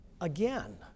again